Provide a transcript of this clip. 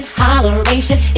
holleration